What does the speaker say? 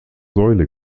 säule